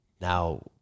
now